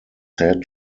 said